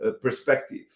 perspective